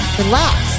relax